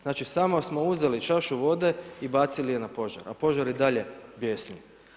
Znači, samo smo uzeli čašu vode i bacili je na požar, a požar i dalje bijesni.